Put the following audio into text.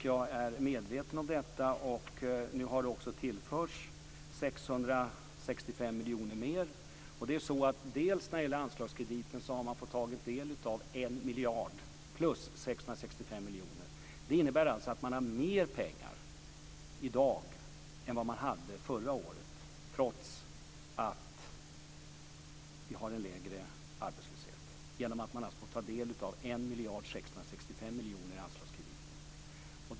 Jag är medveten om detta, och nu har det också tillförts 665 miljoner mer. Det är ju så att när det gäller anslagskrediten har man fått ta del av 1 miljard plus 665 miljoner. Det innebär att man har mer pengar i dag än vad man hade förra året, trots att vi har en lägre arbetslöshet, genom att man alltså har fått ta del av 1 665 miljoner i anslagskredit.